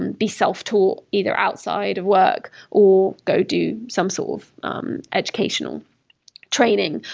and be self-taught either outside of work or go do some sort of um educational training.